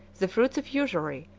the fruits of usury,